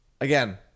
again